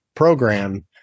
program